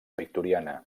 victoriana